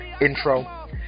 intro